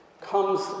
comes